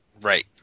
Right